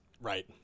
Right